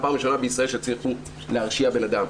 שהצליחו להרשיע בן אדם.